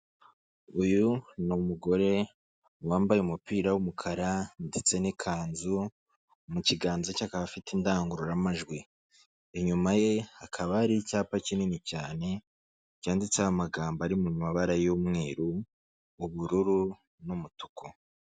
uyu ni umugore wambaye umupira w'umukara ndetse n'ikanzu mu kiganza cye akaba afite indangururamajwi inyuma ye hakaba hari icyapa kinini cyane cyanditseho amagambo ari mu mabara y'umweru ubururu n'umutuku.